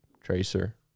Tracer